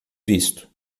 visto